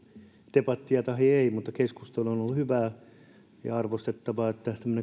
debattia tahi ei mutta keskustelu on ollut hyvää ja on arvostettavaa että